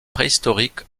préhistoriques